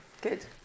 Good